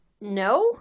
No